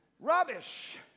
Rubbish